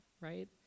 right